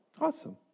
Awesome